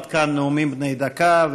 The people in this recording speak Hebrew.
עד כאן נאומים בני דקה.